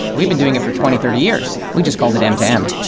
we've been doing it for twenty thirty years. we just called it m-to m.